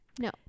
No